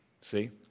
See